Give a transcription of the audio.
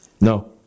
No